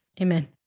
Amen